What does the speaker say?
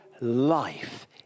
life